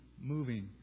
moving